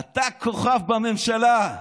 אתה כוכב בממשלה,